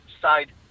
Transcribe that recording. side